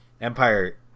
Empire